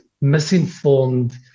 misinformed